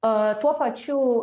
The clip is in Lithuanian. o tuo pačiu